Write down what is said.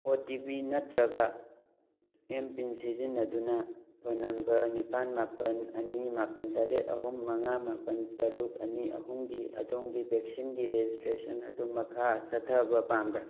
ꯑꯣ T P ꯅꯠꯇ꯭ꯔꯒ M PIN ꯁꯤꯖꯤꯟꯅꯗꯨꯅ ꯐꯣꯟ ꯅꯝꯕꯔ ꯅꯤꯄꯥꯟ ꯃꯥꯄꯟ ꯑꯅꯤ ꯃꯄꯥꯟ ꯇꯔꯦꯠ ꯑꯍꯨꯝ ꯃꯉꯥ ꯃꯥꯄꯟ ꯇꯔꯨꯛ ꯑꯅꯤ ꯑꯍꯨꯝꯒꯤ ꯑꯗꯣꯝꯒꯤ ꯚꯦꯛꯁꯤꯟꯒꯤ ꯔꯦꯖꯤꯁꯇ꯭ꯔꯦꯁꯟ ꯑꯗꯨ ꯃꯈꯥ ꯆꯠꯊꯕ ꯄꯥꯝꯕ꯭ꯔꯥ